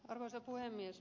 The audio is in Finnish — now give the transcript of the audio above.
arvoisa puhemies